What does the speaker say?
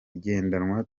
igendanwa